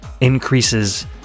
increases